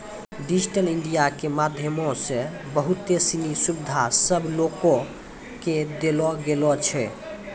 digital India के माध्यमो से बहुते सिनी सुविधा सभ लोको के देलो गेलो छै